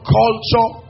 culture